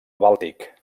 bàltic